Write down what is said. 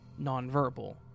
nonverbal